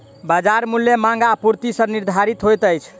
बजार मूल्य मांग आ आपूर्ति सॅ निर्धारित होइत अछि